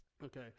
Okay